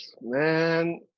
Man